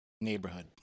neighborhood